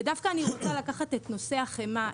ודווקא אני רוצה לקחת את נושא החמאה,